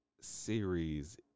series